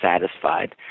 satisfied